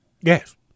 Yes